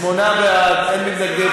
שמונה בעד, אין מתנגדים.